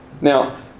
Now